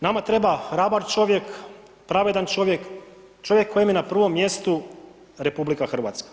Nama treba hrabar čovjek, pravedan čovjek, čovjek kojem je na prvom mjestu RH.